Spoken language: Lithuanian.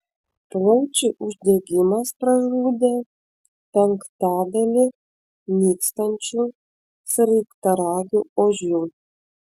plaučių uždegimas pražudė penktadalį nykstančių sraigtaragių ožių